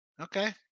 Okay